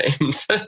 names